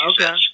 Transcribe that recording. Okay